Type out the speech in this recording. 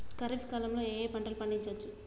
ఖరీఫ్ కాలంలో ఏ ఏ పంటలు పండించచ్చు?